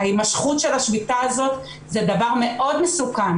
ההימשכות של השביתה הזו היא דבר מאוד מסוכן